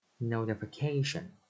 Notification